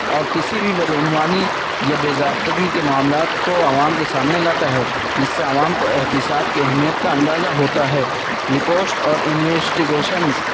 اور کسی بھی بدعنوانی یا بے ضابطگی کے معاملات کو عوام کے سامنے لاتا ہے جس سے عوام کو احتساب کی اہمیت کا اندازہ ہوتا ہے رپوسٹ اور انوسٹیکیشنس